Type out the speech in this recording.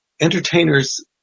entertainers